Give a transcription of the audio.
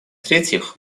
третьих